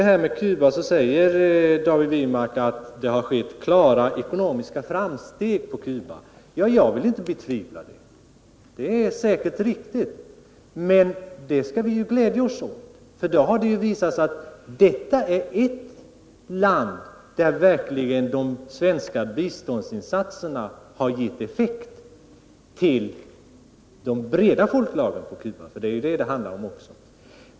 Beträffande Cuba sade David Wirmark att det gjorts klara ekonomiska framsteg. Det är säkert riktigt, och det skall vi glädja oss åt, för då har det ju visat sig att detta är ett land där de svenska biståndsinsatserna verkligen har givit effekt när det gäller de breda folklagren — för det är ju det det handlar om också.